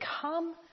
come